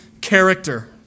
character